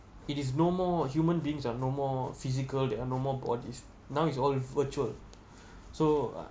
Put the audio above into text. it is no more human beings are no more physical they are no more bodies now is all virtual so